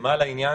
נרתמה לעניין